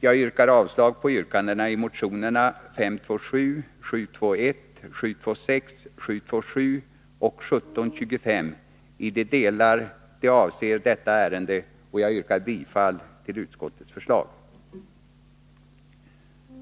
Jag yrkar avslag på yrkandena i motionerna 527, 721, 726, 727 och 1725 i de delar som de avser detta ärende. Jag yrkar bifall till utskottets förslag.